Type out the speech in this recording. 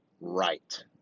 right